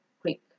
quick